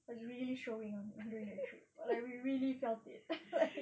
was really showing on during that trip like we really felt it